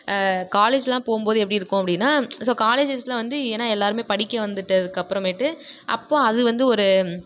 காலேஜ்லாம் போகும்போது எப்படி இருக்கும் அப்படின்னா ஸோ காலேஜ் டேஸில் வந்து ஏன்னா எல்லோருமே படிக்க வந்துட்டதுக்கு அப்புறமேட்டு அப்போது அது வந்து ஒரு